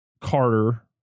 Carter